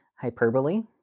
Hyperbole